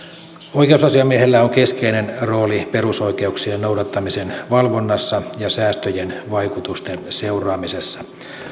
oikeusasiamiehellä on keskeinen rooli perusoikeuksien noudattamisen valvonnassa ja säästöjen vaikutusten seuraamisessa